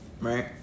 right